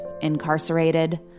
incarcerated